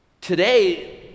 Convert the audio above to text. Today